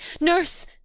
Nurse